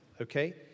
okay